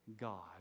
God